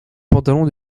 pantalon